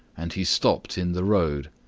and he stopped in the road.